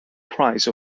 price